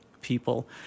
people